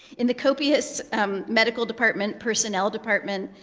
in the copious medical department, personnel department,